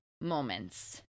moments